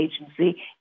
agency